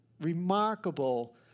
remarkable